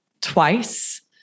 Twice